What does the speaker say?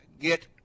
get